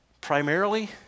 Primarily